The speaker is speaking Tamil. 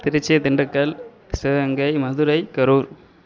திருச்சி திண்டுக்கல் சிவகங்கை மதுரை கரூர்